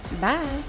Bye